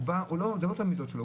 אלה לא תלמידות שלו,